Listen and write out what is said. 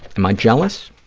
am i jealous?